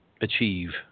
achieve